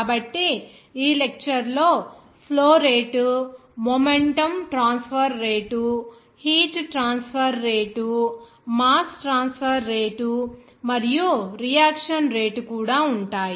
కాబట్టి ఈ లెక్చర్ లో flow rate momentum transfer rate heat transfer rate mass transfer rate మరియు రియాక్షన్ రేటు కూడా ఉంటాయి